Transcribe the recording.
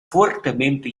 fuertemente